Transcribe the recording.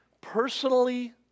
Personally